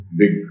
big